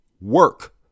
Work